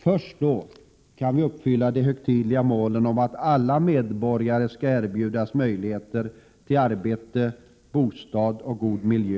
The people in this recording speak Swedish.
Först när detta förverkligats kan vi uppnå de högtidliga målen, att alla medborgare i hela landet skall erbjudas möjligheter till arbete, bostad och god miljö.